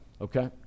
okay